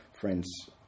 friends